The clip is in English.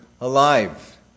alive